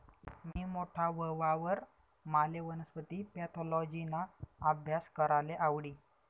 मी मोठा व्हवावर माले वनस्पती पॅथॉलॉजिना आभ्यास कराले आवडी